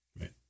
Right